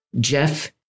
Jeff